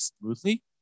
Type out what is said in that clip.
smoothly